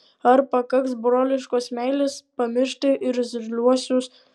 ar pakaks broliškos meilės pamiršti irzliuosius